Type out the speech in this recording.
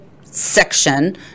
section